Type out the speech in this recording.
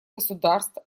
государств